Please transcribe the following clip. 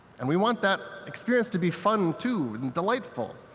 and we want that experience to be fun, too, and delightful.